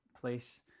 place